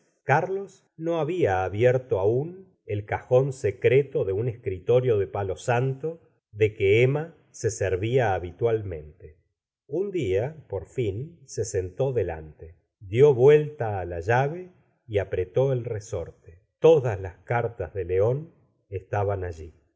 carlos no había abierto aun el cajón secreto de un escritorio de palosanto de que emma se servía habitualmente un df t por fin se sentó delante dió vuelta á la llave y apretó el resorte todas las cartas de león estaban allí